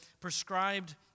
prescribed